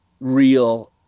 real